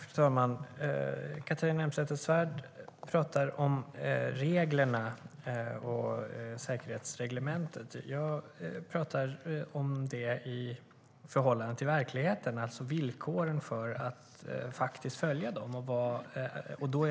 Fru talman! Catharina Elmsäter-Svärd talar om säkerhetsreglementet, om reglerna. Jag talar om det som sker i verkligheten, alltså om villkoren för att följa dem.